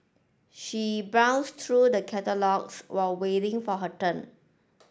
she browsed through the catalogues while waiting for her turn